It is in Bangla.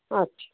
আচ্ছা